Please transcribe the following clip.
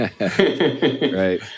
Right